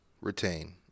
retain